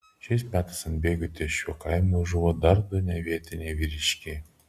šiais metais ant bėgių ties šiuo kaimu žuvo dar du nevietiniai vyriškiai